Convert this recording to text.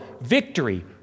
victory